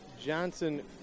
Johnson